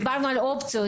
דיברנו על אופציות,